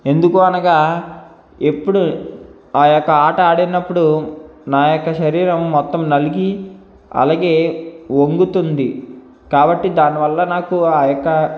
ఎందుకు అనగా ఎప్పుడు ఆయొక్క ఆట ఆడినప్పుడు నా యొక్క శరీరం మొత్తం నలిగి అలాగే వంగుతుంది కాబట్టి దానివల్ల నాకు ఆయొక్క